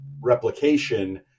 replication